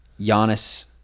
Giannis